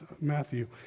Matthew